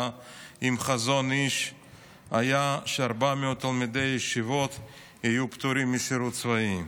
עם החזון איש היה ש-400 תלמידי ישיבות יהיו פטורים משירות צבאי.